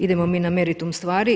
Idemo mi na meritum stvari.